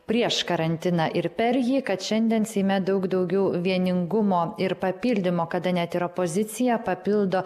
prieš karantiną ir per jį kad šiandien seime daug daugiau vieningumo ir papildymo kada net ir opozicija papildo